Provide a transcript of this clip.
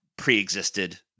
preexisted